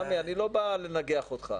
סמי, אני לא בא לנגח אותך.